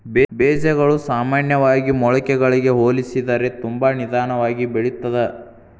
ಬೇಜಗಳು ಸಾಮಾನ್ಯವಾಗಿ ಮೊಳಕೆಗಳಿಗೆ ಹೋಲಿಸಿದರೆ ತುಂಬಾ ನಿಧಾನವಾಗಿ ಬೆಳಿತ್ತದ